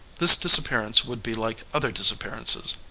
this disappearance would be like other disappearances.